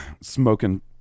smoking